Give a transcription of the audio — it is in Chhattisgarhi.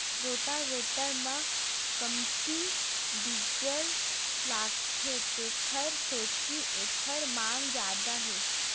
रोटावेटर म कमती डीजल लागथे तेखर सेती एखर मांग जादा हे